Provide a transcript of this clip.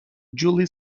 julia